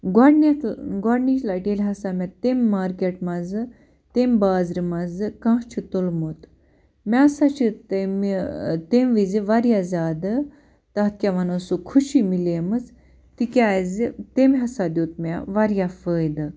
گۄڈٕنٮ۪تھ گۄڈٕنِچ لَٹہِ ییٚلہِ ہسا مےٚ تٔمۍ مارکٮ۪ٹہٕ منٛزٕ تٔمۍ بازرٕ منٛزٕ کانٛہہ چھُ تُلمُت مےٚ ہسا چھِ تَمہِ تٔمی وِزِ واریاہ زیادٕ تَتھ کیٛاہ وَنَو سُہ خوشی میلیمٕژ تِکیٛازِ تٔمۍ ہسا دیُت مےٚ واریاہ فٲیِدٕ